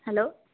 hello